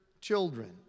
children